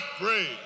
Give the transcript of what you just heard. pray